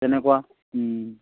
তেনেকুৱা